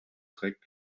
dreck